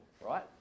Right